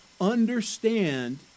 understand